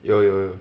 有有有